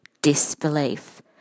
Disbelief